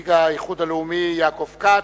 נציג האיחוד הלאומי, יעקב כץ.